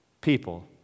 people